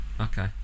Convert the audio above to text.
Okay